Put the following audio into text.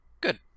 good